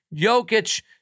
Jokic